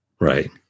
Right